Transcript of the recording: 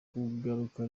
kugaruka